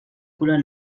color